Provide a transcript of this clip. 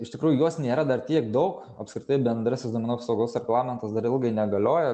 iš tikrųjų jos nėra dar tiek daug apskritai bendrasis duomenų apsaugos reglamentas dar ilgai negalioja